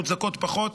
מוצדקות פחות,